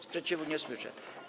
Sprzeciwu nie słyszę.